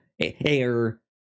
air